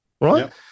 right